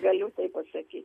galiu taip pasakyt